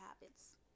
habits